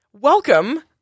welcome